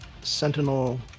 sentinel